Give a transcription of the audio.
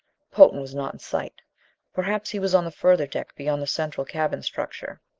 potan was not in sight perhaps he was on the further deck beyond the central cabin structure.